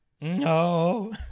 No